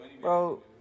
bro